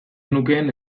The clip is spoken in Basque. nukeen